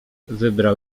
wybrał